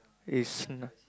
is n~